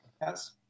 Yes